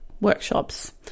workshops